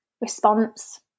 response